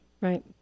Right